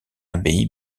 abbaye